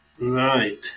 Right